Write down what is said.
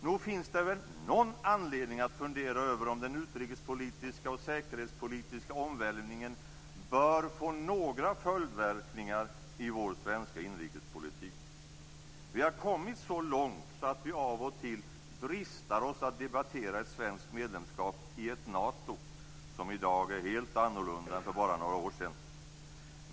Nog finns det väl någon anledning att fundera över om den utrikes och säkerhetspolitiska omvälvningen bör få några följdverkningar i vår svenska inrikespolitik. Vi har kommit så långt att vi av och till dristar oss att debattera ett svenskt medlemskap i ett Nato som i dag är helt annorlunda än för bara några år sedan.